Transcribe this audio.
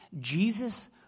Jesus